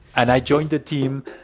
and i joined the team,